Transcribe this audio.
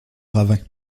ravin